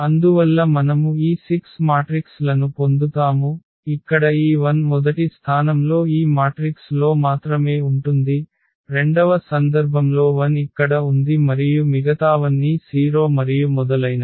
అందువల్ల మనము ఈ 6 మాట్రిక్స్ లను పొందుతాము ఇక్కడ ఈ 1 మొదటి స్థానంలో ఈ మాట్రిక్స్ లో మాత్రమే ఉంటుంది రెండవ సందర్భంలో 1 ఇక్కడ ఉంది మరియు మిగతావన్నీ 0 మరియు మొదలైనవి